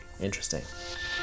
Interesting